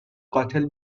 قاتل